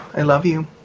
i love you,